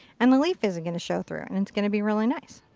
and the leaf isn't going to show through it. and it's going to be really nice.